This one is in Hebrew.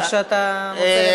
איך שאתה מוצא לנכון.